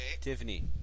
Tiffany